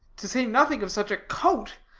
to say nothing of such a coat,